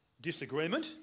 disagreement